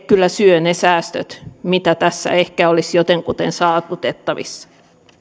kyllä syö ne säästöt mitä tässä ehkä olisi jotenkuten saavutettavissa